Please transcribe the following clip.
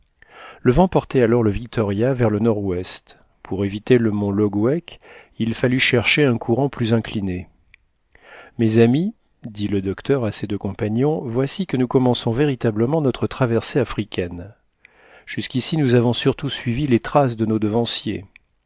le vent portait alors le victoria vers le nord-ouest pour éviter le mont logwek il fallut chercher un courant plus incliné mes amis dit le docteur à ses deux compagnons voici que nous commençons véritablement notre traversée africaine jusqu'ici nous avons surtout suivi les traces de nos devanciers